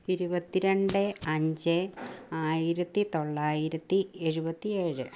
ഇരുപത്തി രണ്ട് അഞ്ച് ആയിരത്തി തൊള്ളായിരത്തി എഴുപത്തി ഏഴ്